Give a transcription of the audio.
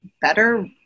better